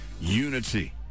unity